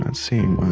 and seeing